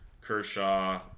Kershaw